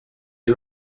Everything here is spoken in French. est